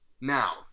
Now